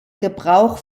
gebrauch